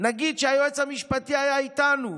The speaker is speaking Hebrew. נגיד שהיועץ המשפטי היה איתנו,